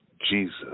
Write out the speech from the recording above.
Jesus